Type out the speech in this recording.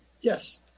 yes